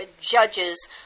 judges